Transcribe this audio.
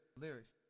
Lyrics